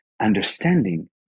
understanding